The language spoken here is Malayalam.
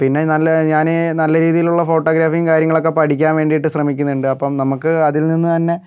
പിന്നെ നല്ല ഞാന് നല്ല രീതിയിലുള്ള ഫോട്ടോഗ്രാഫിയും കാര്യങ്ങളൊക്കെ പഠിക്കാൻ വേണ്ടിയിട്ട് ശ്രമിക്കുന്നുണ്ട് അപ്പം നമുക്ക് അതിൽ നിന്ന് തന്നെ